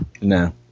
No